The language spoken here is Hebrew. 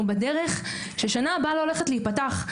אבל אנחנו בדרך למצב שבו השנה הבאה לא הולכת להיפתח בגנים.